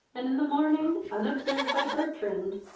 and in the morning, unobserved by bertrand,